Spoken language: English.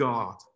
God